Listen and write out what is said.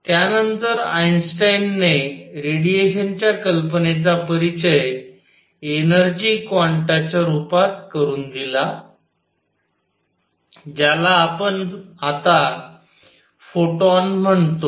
त्यानंतर आइन्स्टाईनने रेडिएशनच्या कल्पनेचा परिचय एनर्जी क्वांटाच्या रूपात करून दिला ज्याला आपण आता फोटॉन म्हणतो